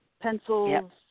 pencils